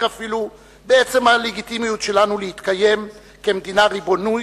אפילו בעצם הלגיטימיות שלנו להתקיים כמדינה ריבונית